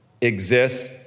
exists